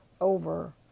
over